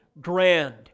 grand